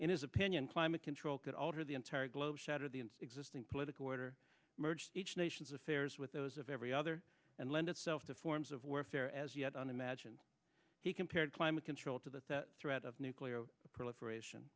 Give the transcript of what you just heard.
in his opinion climate control could alter the entire globe shatter the existing political order merged each nation's affairs with those of every other and lend itself to forms of warfare as yet on imagine he compared climate control to the threat of nuclear the proliferation